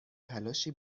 تلاشی